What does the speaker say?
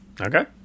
okay